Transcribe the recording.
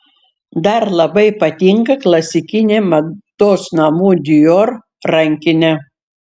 dar labai patinka klasikinė mados namų dior rankinė